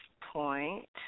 point